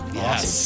yes